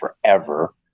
forever